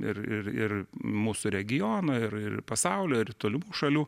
ir ir ir mūsų regiono ir ir pasaulio ir tolimų šalių